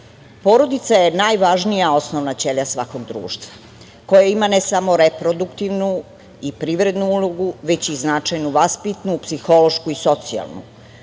porodica je najvažnija osnovna ćelija svakog društva koja ima ne samo reproduktivnu i privrednu ulogu, već i značajno vaspitnu, psihološku i socijalnu.